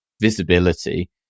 visibility